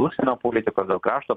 užsienio politikos dėl karšto